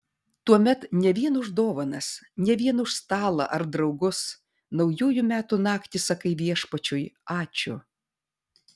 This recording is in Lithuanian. tuomet ne vien už dovanas ne vien už stalą ar draugus naujųjų metų naktį sakai viešpačiui ačiū